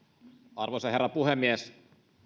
arvoisa herra puhemies